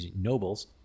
nobles